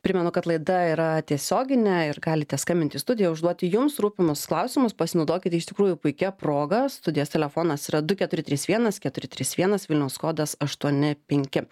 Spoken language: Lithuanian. primenu kad laida yra tiesioginė ir galite skambinti į studiją jums rūpimus klausimus pasinaudokite iš tikrųjų puikia proga studijos telefonas yra du keturi trys vienas keturi trys vienas vilniaus kodas aštuoni penki